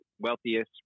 wealthiest